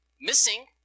missing